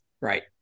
Right